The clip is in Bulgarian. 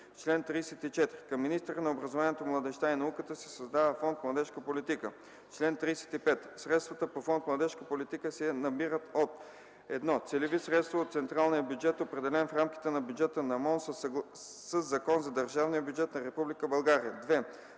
Чл. 34. Към министъра на образованието, младежта и науката се създава Фонд „Младежка политика”. Чл. 35. Средствата по Фонд „Младежка политика” се набират от: 1. Целеви средства от централния бюджет определен в рамките на Бюджета на МОМН със Закон за държавния бюджет на Република България; 2.